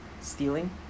stealing